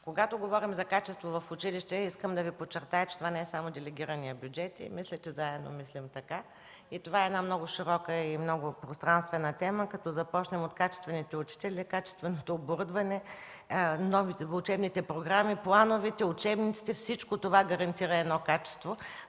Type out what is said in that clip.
когато говорим за качество в училище, искам да подчертая, че това не е само делегираният бюджет. Мисля, че заедно мислим така. Това е много широка и пространна тема, като започнем с качествените учители, качественото оборудване, новите учебни програми и планове, учебниците – всичко това гарантира качество.